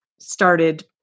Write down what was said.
started